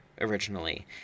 originally